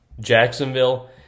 Jacksonville